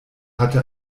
hatte